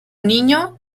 niño